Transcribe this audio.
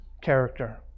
character